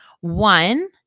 One